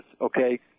Okay